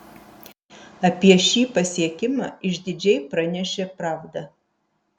apie šį pasiekimą išdidžiai pranešė pravda